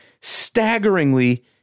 staggeringly